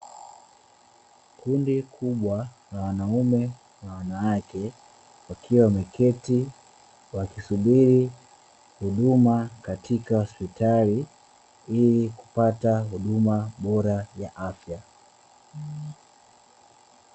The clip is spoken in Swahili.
Kundi kubwa la wanaume na wanawake wakiwa wameketi wakisubiri huduma katika hospitali ili kupata huduma bora ya afya.